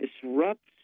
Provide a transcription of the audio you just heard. disrupts